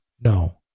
No